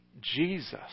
Jesus